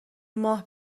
ماه